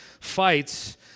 fights